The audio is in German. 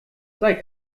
sei